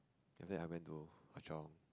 then after that I went to Hwa-Chong